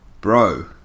bro